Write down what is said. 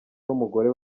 n’umugore